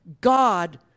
God